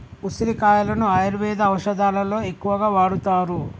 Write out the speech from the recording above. ఉసిరికాయలను ఆయుర్వేద ఔషదాలలో ఎక్కువగా వాడుతారు